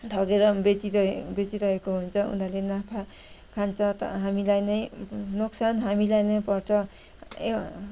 ठगेर बेचिरहे बेचिरहेको हुन्छ उनीहरूले नाफा खान्छ त हामीलाई नै नोकसान हामीलाई नै पर्छ